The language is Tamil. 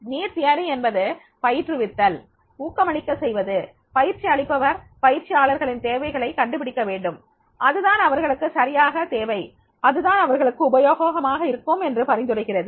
தேவைக் கோட்பாடு என்பது பயிற்றுவித்தல் ஊக்கமளிக்க செய்வது பயிற்சி அளிப்பவர் பயிற்சியாளர்களின் தேவைகளை கண்டுபிடிக்க வேண்டும் அதுதான் அவர்களுக்கு சரியாக தேவை அதுதான் அவர்களுக்கு உபயோகமாக இருக்கும் என்று பரிந்துரைக்கிறது